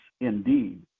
indeed